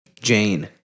Jane